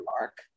mark